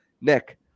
Nick